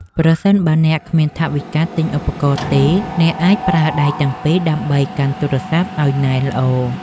ប្រសិនបើអ្នកគ្មានថវិកាទិញឧបករណ៍ទេ អ្នកអាចប្រើដៃទាំងពីរដើម្បីកាន់ទូរស័ព្ទឱ្យណែនល្អ។